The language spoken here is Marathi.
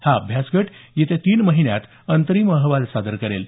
हा अभ्यासगट येत्या तीन महिन्यात अंतरिम अहवाल सादर करेल